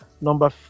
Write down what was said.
Number